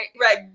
right